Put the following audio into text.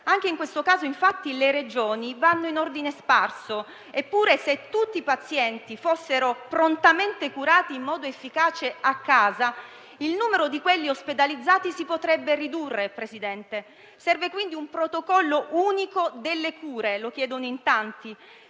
Anche in questo caso, infatti, le Regioni vanno in ordine sparso. Eppure, se tutti i pazienti fossero prontamente curati in modo efficace a casa, il numero di quelli ospedalizzati si potrebbe ridurre, signor Presidente. Serve quindi un protocollo unico delle cure, lo chiedono in tanti.